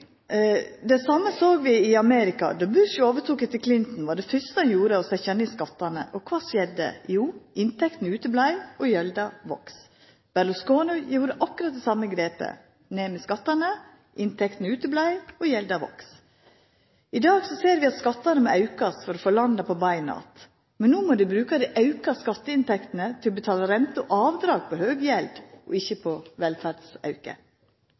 Det same såg vi i Amerika. Då Bush overtok etter Clinton, var det fyrste han gjorde, å setja ned skattane. Og kva skjedde? Jo, inntektene vart det ikkje noko av, og gjelda voks. Berlusconi gjorde akkurat det same grepet – ned med skattane, inntektene vart det ikkje noko av, og gjelda voks. I dag ser vi at skattane må aukast for å få landa på beina att, men no må dei bruka dei auka skatteinntektene til å betala renter og avdrag på høg gjeld – og ikkje på velferdsauke.